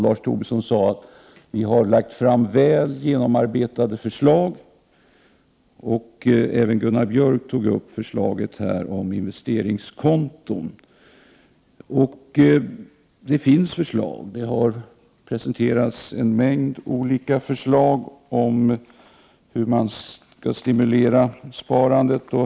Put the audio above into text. Lars Tobisson sade att moderaterna hade lagt fram väl genomarbetade förslag. Gunnar Björk tog upp förslaget om investeringskonton. Det har presenterats en mängd olika förslag om hur man skall stimulera sparandet.